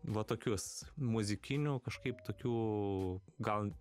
va tokius muzikinių kažkaip tokių gal